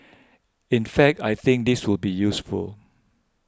in fact I think this will be useful